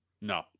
No